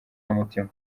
n’umutima